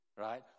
Right